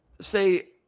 say